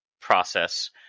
process